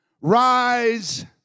rise